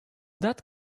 that